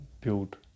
build